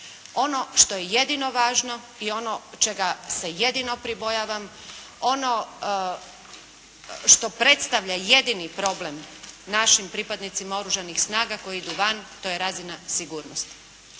Ono što je jedino važno i ono čega se jedino pribojavam, ono što predstavlja jedini problem našim pripadnicima oružanih snaga koji idu van to je razina sigurnosti.